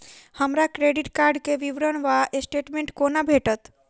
हमरा credit card केँ विवरण वा स्टेटमेंट कोना भेटत?